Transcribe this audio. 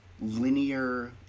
linear